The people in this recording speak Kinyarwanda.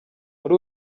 muri